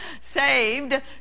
Saved